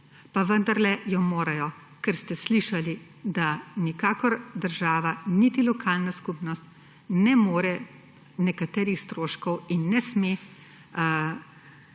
Pa vendarle jo morajo, ker ste slišali, da nikakor država niti lokalna skupnost ne more nekaterih stroškov in ne sme